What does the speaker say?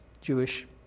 Jewish